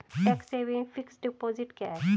Tax saving fixed deposit क्या है?